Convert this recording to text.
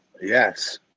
Yes